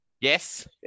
Yes